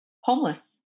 homeless